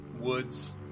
woods